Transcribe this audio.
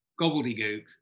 gobbledygook